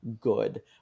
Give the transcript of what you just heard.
good